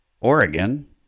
Oregon